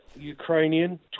Ukrainian